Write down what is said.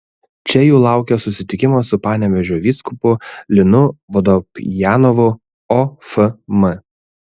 čia jų laukia susitikimas su panevėžio vyskupu linu vodopjanovu ofm